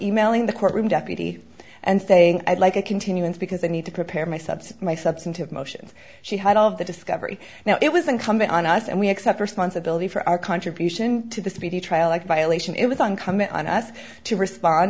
e mailing the courtroom deputy and saying i'd like a continuance because they need to prepare my subs my substantive motions she had all of the discovery now it was incumbent on us and we accept responsibility for our contribution to the speedy trial like violation it was on on us to respond